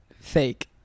fake